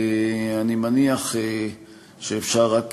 אני מניח שאפשר רק,